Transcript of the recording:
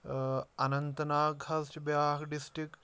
اننت ناگ حظ چھُ بیٛاکھ ڈِسٹرک